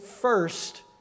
first